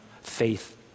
faith